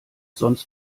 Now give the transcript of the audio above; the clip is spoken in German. sonst